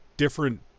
different